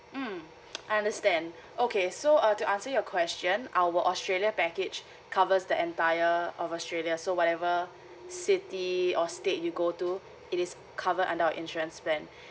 mm I understand okay so uh to answer your question our australia package covers the entire australia so whatever city or state you go to it is cover under our insurance plan